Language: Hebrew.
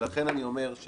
ולכן אני אומר,